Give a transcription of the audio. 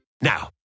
Now